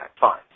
fine